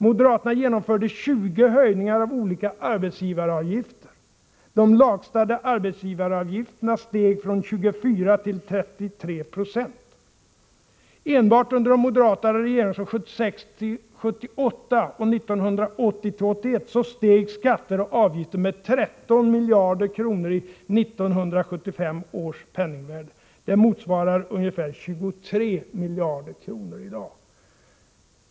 Moderaterna genomdrev 20 höjningar av olika arbetsgivaravgifter. De lagstadgade arbetsgivaravgifterna steg från 24 96 till 33 960. Enbart under de moderata regeringsåren 1976-1980 och 1980-1981 steg skatter och avgifter med 13 miljarder kronor, i 1975 års penningvärde. Det motsvarar ungefär 23 miljarder kronor i dag.